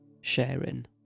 sharing